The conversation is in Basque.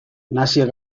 naziek